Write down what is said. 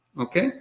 Okay